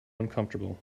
uncomfortable